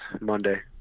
Monday